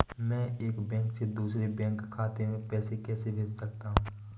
मैं एक बैंक से दूसरे बैंक खाते में पैसे कैसे भेज सकता हूँ?